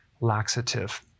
laxative